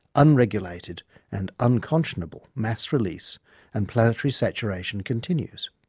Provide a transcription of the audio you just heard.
unregulated and unconscionable mass release and planetary saturation continues.